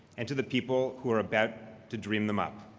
and to the people who are about to dream them up.